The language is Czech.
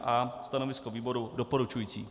A. Stanovisko výboru doporučující.